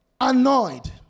annoyed